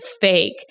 fake